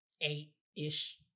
eight-ish